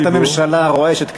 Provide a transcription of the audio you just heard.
ישיבת הממשלה רועשת קצת.